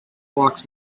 rocks